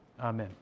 Amen